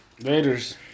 Vaders